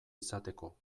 izateko